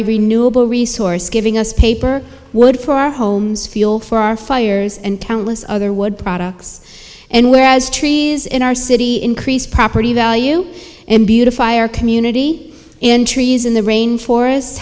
renewable resource giving us paper wood for our homes feel for our fires and countless other wood products and where as trees in our city increase property value and beautifier community and trees in the rain forest